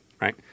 right